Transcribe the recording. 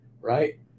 right